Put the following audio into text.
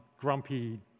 grumpy